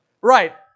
right